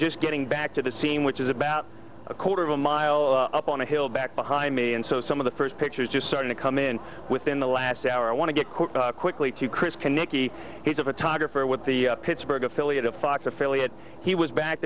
just getting back to the scene which is about a quarter of a mile up on the hill back behind me and so some of the first pictures just starting to come in within the last hour i want to get quick quickly to chris connect he's a photographer with the pittsburgh affiliate a fox affiliate he was back